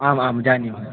आम् आं जानामि